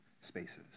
spaces